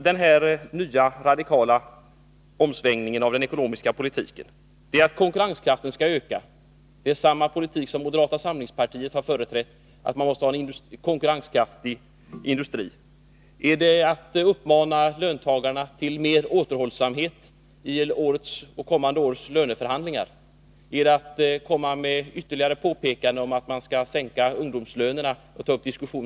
Den radikala omsvängningen i den ekonomiska politiken innebär att konkurrenskraften skall öka. Det är samma politik som moderata samlingspartiet har företrätt, dvs. att skapa en konkurrenskraftig industri. Hur åstadkommer man en sådan? Är det genom att uppmana löntagarna till större återhållsamhet i kommande års löneförhandlingar? Är det genom att göra ytterligare påpekanden om att man skall ta upp diskussioner om att sänka ungdomslönerna?